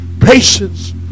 patience